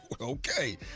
Okay